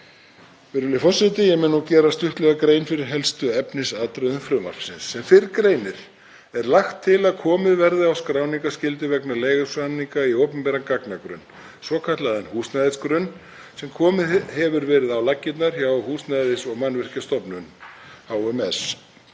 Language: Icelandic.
Virðulegi forseti. Ég mun nú gera stuttlega grein fyrir helstu efnisatriðum frumvarpsins. Sem fyrr greinir er lagt til að komið verði á skráningarskyldu vegna leigusamninga í opinberan gagnagrunn, svokallaðan húsnæðisgrunn sem komið hefur verið á laggirnar hjá Húsnæðis- og mannvirkjastofnun, HMS.